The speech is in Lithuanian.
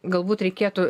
galbūt reikėtų